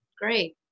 great